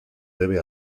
debe